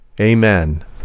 amen